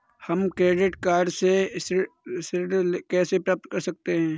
हम credit card से ऋण कैसे प्राप्त कर सकते हैं?